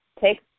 take